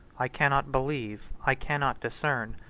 i cannot believe, i cannot discern,